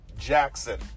Jackson